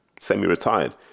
semi-retired